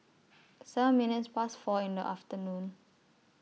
seven minutes Past four in The afternoon